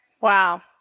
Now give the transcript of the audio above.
Wow